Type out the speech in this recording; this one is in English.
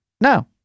No